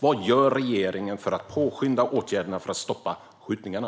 Vad gör regeringen för att påskynda åtgärderna för att stoppa skjutningarna?